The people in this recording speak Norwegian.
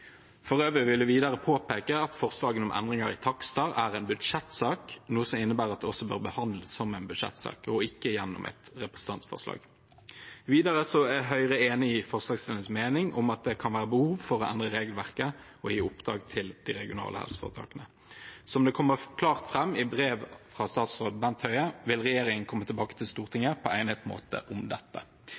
vil vi påpeke at forslag om endringer i takster er en budsjettsak, noe som innebærer at de også bør behandles som en budsjettsak og ikke gjennom et representantforslag. Høyre er enig i forslagsstillernes mening om at det kan være behov for å endre regelverket og gi oppdrag til de regionale helseforetakene. Som det kommer klart fram i brev fra statsråd Bent Høie, vil regjeringen komme tilbake til Stortinget om dette på egnet måte,